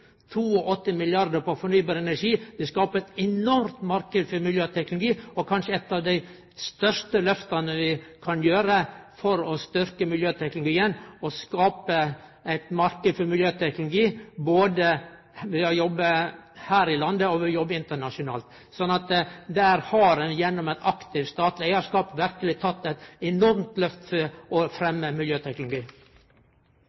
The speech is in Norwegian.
Det skapar ein enorm marknad for miljøteknologi og er kanskje eit av dei største lyfta vi kan gjere for å styrkje miljøteknologien og skape ein marknad for miljøteknologi, både ved å jobbe her i landet og ved å jobbe internasjonalt. Der har ein gjennom ein aktiv statleg eigarskap verkeleg teke eit enormt lyft for å